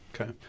okay